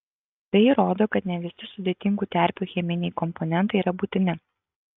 tai įrodo kad ne visi sudėtingų terpių cheminiai komponentai yra būtini